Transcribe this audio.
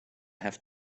have